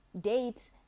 date